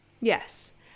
yes